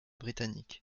britanniques